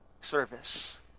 service